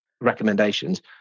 recommendations